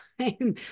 time